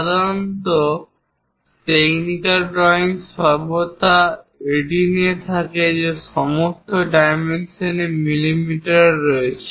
সাধারণত technical drawing সর্বদা এটি নিয়ে থাকে যে সমস্ত ডাইমেনশনগুলি মিমিতে রয়েছে